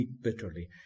bitterly